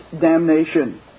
damnation